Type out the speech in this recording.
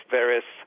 various